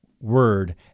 Word